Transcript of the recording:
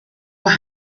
were